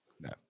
No